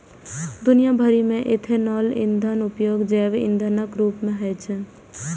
दुनिया भरि मे इथेनॉल ईंधनक उपयोग जैव ईंधनक रूप मे होइ छै